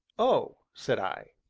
oh! said i.